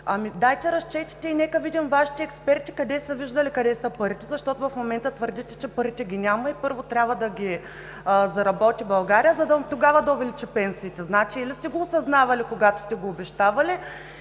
дайте разчетите и да видим Вашите експерти къде са видели къде са парите, защото в момента твърдите, че парите ги няма и първо трябва да ги заработи България и тогава да се увеличат пенсиите. Значи, или сте го осъзнавали когато сте го обещавали,